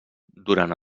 durant